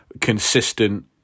consistent